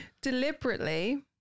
deliberately